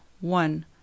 one